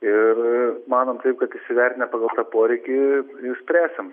ir manom taip kad įsivertinę pagal poreikį ir spręsim